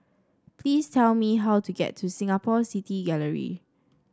please tell me how to get to Singapore City Gallery